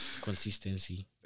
consistency